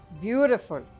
beautiful